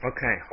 Okay